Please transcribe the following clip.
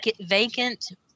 vacant